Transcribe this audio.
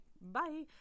bye